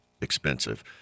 expensive